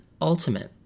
ultimate